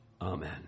Amen